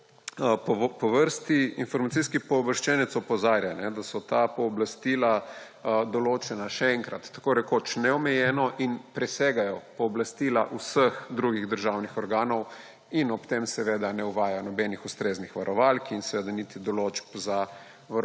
po vrsti. Informacijski pooblaščenec opozarja, da so ta pooblastila določena – še enkrat – tako rekoč neomejeno in presegajo pooblastila vseh drugih državnih organov; in ob tem seveda ne uvaja nobenih ustreznih varovalk in seveda niti določb za